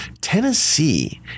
Tennessee